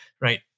right